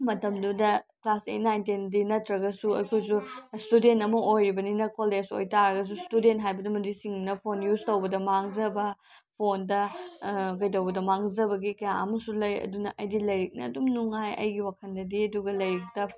ꯃꯇꯝꯗꯨꯗ class eight nine ꯇꯦꯟꯗꯤ ꯅꯠꯇ꯭ꯔꯒꯁꯨ ꯑꯩꯈꯣꯏꯁꯨ ꯏꯁꯇꯨꯗꯦꯟ ꯑꯃ ꯑꯣꯏꯔꯤꯕꯅꯤꯅ ꯀꯣꯂꯦꯖ ꯑꯣꯏ ꯇꯥꯔꯒꯁꯨ ꯏꯁꯇꯨꯗꯦꯟ ꯍꯥꯏꯕꯗꯨꯃꯗꯤ ꯆꯤꯡꯕꯅ ꯐꯣꯟ ꯌꯨꯖ ꯇꯧꯕꯗ ꯃꯥꯡꯖꯕ ꯐꯣꯟꯗ ꯀꯩꯗꯧꯕꯗ ꯃꯥꯡꯖꯕꯒꯤ ꯀꯌꯥ ꯑꯃꯁꯨ ꯂꯩ ꯑꯗꯨꯅ ꯑꯩꯗꯤ ꯂꯥꯏꯔꯤꯛꯅ ꯑꯗꯨꯝ ꯅꯨꯡꯉꯥꯏ ꯑꯩꯒꯤ ꯋꯥꯈꯟꯗꯗꯤ ꯑꯗꯨꯒ ꯂꯥꯏꯔꯤꯛꯇ